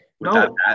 No